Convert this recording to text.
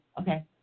Okay